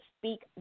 speak